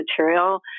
material